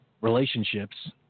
relationships